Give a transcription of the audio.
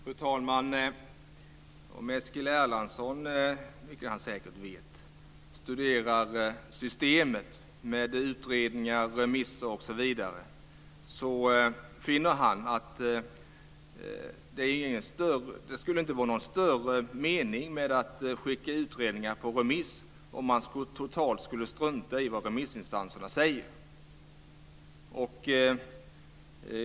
Fru talman! Om Eskil Erlandsson - vilket han säkert vet - studerar systemet med utredningar, remisser osv. så finner han att det inte skulle vara någon större mening med att skicka utredningar på remiss om man så totalt skulle strunta i vad remissinstanserna säger.